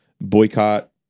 boycott